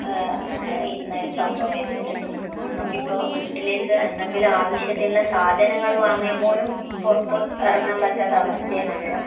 ഇന്നൊരു സംഭവമായിരുന്നു അത് നമുക്ക് ഇപ്പം വീട്ടിലേക്ക് എന്തെങ്കിലും ആവശ്യത്തിനുള്ള സാധനങ്ങൾ വാങ്ങാൻ പോലും പുറത്ത് ഇറങ്ങാൻ പറ്റാത്ത അവസ്ഥയേനു അന്നേരം